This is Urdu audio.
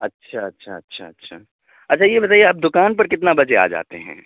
اچھا اچھا اچھا اچھا اچھا یہ بتائیے آپ دکان پر کتنا بجے آ جاتے ہیں